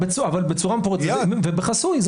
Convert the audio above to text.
בצורה מפורטת ובחסוי.